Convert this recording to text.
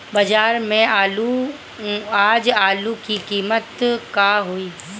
बाजार में आज आलू के कीमत का होई?